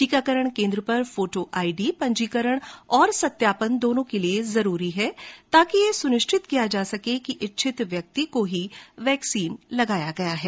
टीकाकरण केन्द्र पर फोटो आईडी पंजीकरण और सत्यापन दोनों के लिये जरूरी है ताकि यह सुनिश्चित किया जा सके कि इच्छित व्यक्ति को ही वैक्सीन लगाया गया है